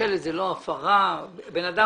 שיש לו הגנה אם הוא עבד לפי נהלים